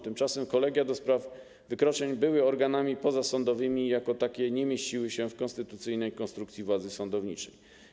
Tymczasem kolegia do spraw wykroczeń były organami pozasądowymi i jako takie nie mieściły się w konstytucyjnej konstrukcji władzy sądowniczej.